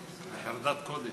בחרדת קודש.